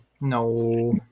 no